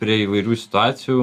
prie įvairių situacijų